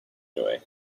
joy